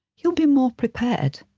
you'll be more prepared.